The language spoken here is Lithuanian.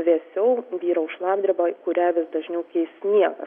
vėsiau vyraus šlapdriba kurią vis dažniau keis sniegas